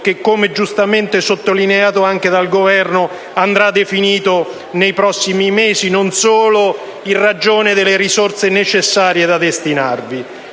che, come giustamente sottolineato anche dal Governo, andrà definito nei prossimi mesi, non solo in ragione delle risorse necessarie da destinarvi.